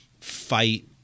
fight